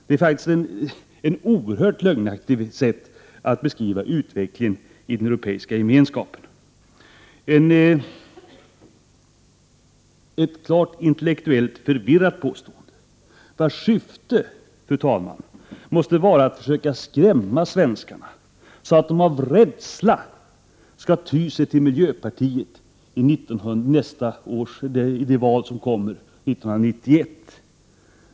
Det är ett oerhört lögnaktigt sätt att beskriva utvecklingen i den europeiska gemenskapen, ett intellektuellt klart förvirrat påstående vars syfte måste vara att försöka skrämma svenskarna, så att de av rädsla skall ty sig till miljöpartiet i det val som kommer 1991.